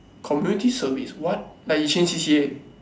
community service what like he change C_C_A